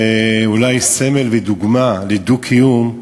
ואולי סמל ודוגמה לדו-קיום.